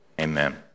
Amen